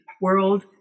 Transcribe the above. world